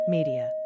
Media